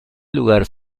lugar